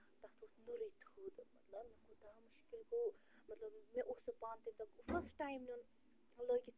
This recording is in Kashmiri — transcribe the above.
تَتھ ووٚتھ نوٚرٕے تھوٚد مطلب مےٚ کوٗتاہ مشکِل گوٚو مطلب مےٚ اوس سُہ پانہٕ تَمہِ دۄہ فٔسٹ ٹایِم نیُن لٲگِتھ پِکنِک